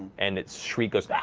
and its shriek goes and